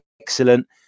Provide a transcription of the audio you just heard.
excellent